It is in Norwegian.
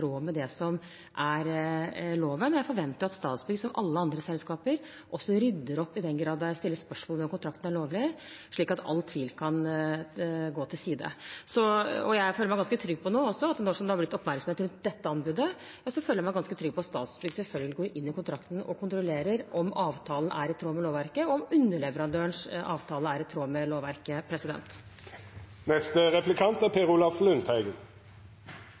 den grad det stilles spørsmål ved om kontrakten er lovlig, slik at all tvil kan legges til side. Jeg føler meg ganske trygg på, nå som det er blitt oppmerksomhet rundt dette anbudet, at Statsbygg går inn i kontrakten og kontrollerer om avtalen er i tråd med lovverket, og om underleverandørens avtale er i tråd med lovverket.